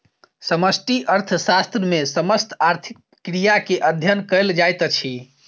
समष्टि अर्थशास्त्र मे समस्त आर्थिक क्रिया के अध्ययन कयल जाइत अछि